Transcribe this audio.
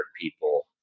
people